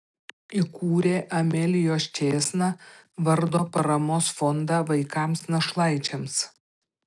įkūrė amelijos čėsna vardo paramos fondą vaikams našlaičiams